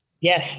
Yes